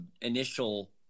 initial